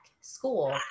school